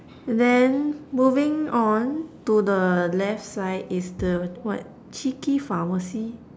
and then moving on to the left side is the what cheeky pharmacy